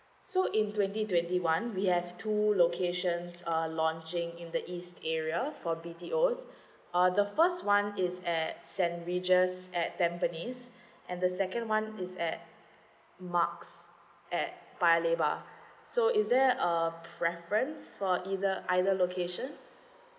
so in twenty twenty one we have two locations uh launching in the east area for B_T_O uh the first one is at st regis at tampines and the second one is at marks at paya lebar so is there a preference for either either location